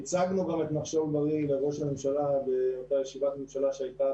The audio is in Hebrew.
הצגנו גם את "נחשול בריא" לראש הממשלה באותה ישיבת ממשלה שהייתה